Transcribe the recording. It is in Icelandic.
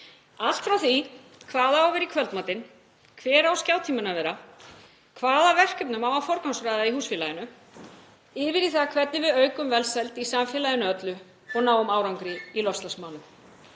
allt frá því hvað á að vera í kvöldmatinn, hver skjátíminn á að vera og hvaða verkefnum á að forgangsraða í húsfélaginu yfir í það hvernig við aukum velsæld í samfélaginu öllu og náum árangri í loftslagsmálum.